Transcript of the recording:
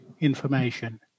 information